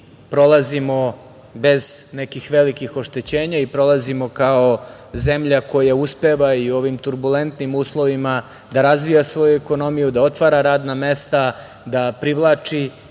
prolazimo bez nekih velikih oštećenja i prolazimo kao zemlja koja uspeva i u ovim turbulentnim uslovima da razvija svoju ekonomiju, da otvara radna mesta, da privlači